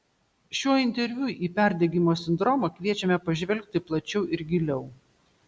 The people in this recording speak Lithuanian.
šiuo interviu į perdegimo sindromą kviečiame pažvelgti plačiau ir giliau